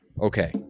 Okay